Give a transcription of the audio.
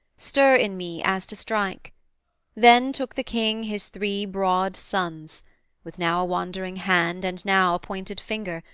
stir in me as to strike then took the king his three broad sons with now a wandering hand and now a pointed finger,